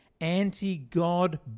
anti-God